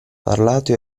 parlato